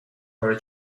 her